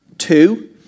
Two